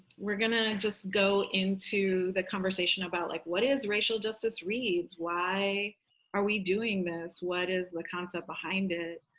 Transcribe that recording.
we're gonna just go into the conversation about like what is racial justice reads. reads. why are we doing this? what is the concept behind it?